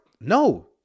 no